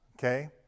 Okay